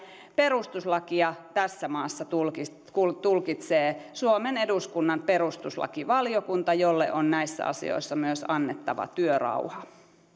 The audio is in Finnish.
perustuslakia tässä maassa tulkitsee suomen eduskunnan perustuslakivaliokunta jolle on näissä asioissa myös annettava työrauha